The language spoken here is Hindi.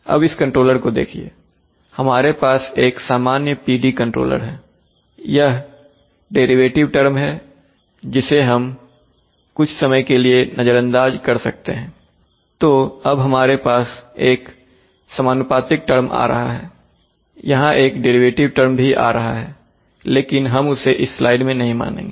अब इस कंट्रोलर को देखिए हमारे पास एक सामान्य PD कंट्रोलर है यह डेरिवेटिव टर्म है जिसे हम कुछ समय के लिए नज़रअंदाज़ कर सकते हैंतो अब हमारे पास एक समानुपातिक टर्म आ रहा है यहां एक डेरिवेटिव टर्म भी आ रहा है लेकिन हम उसे इस स्लाइड में नहीं मानेंगे